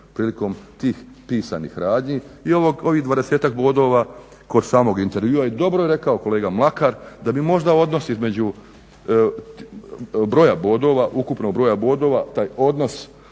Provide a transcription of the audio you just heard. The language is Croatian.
prilikom tih pisanih radnji i ovih 20-ak bodova kod samog intervjua. I dobro je rekao kolega Mlakar da bi možda odnos između ukupnog broja bodova taj odnos